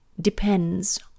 depends